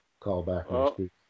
callback